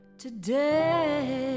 today